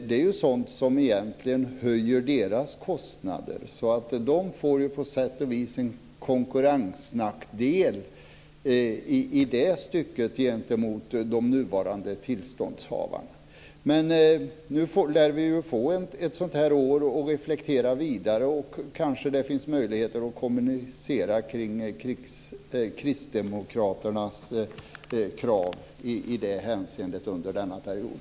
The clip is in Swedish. Det är ju sådant som egentligen höjer deras kostnader, så de får ju på sätt och vis en konkurrensnackdel i det avseendet gentemot de nuvarande tillståndshavarna. Men nu lär vi få ett sådant här år på oss att reflektera vidare. Kanske finns det möjligheter att kommunicera omkring kristdemokraternas krav i det här hänseendet under denna period.